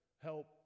help